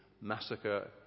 massacre